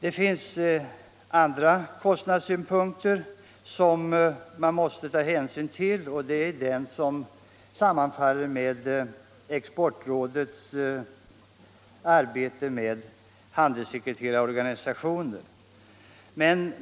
En annan kostnadssynpunkt, som man måste ta hänsyn till, är den som sammanfaller med Exportrådets arbete med handelssekreterarorganisationen.